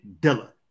dilla